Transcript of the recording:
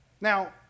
Now